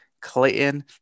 Clayton